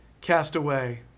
castaway